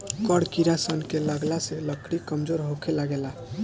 कड़ किड़ा सन के लगला से लकड़ी कमजोर होखे लागेला